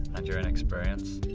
and you're inexperienced.